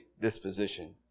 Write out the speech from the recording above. disposition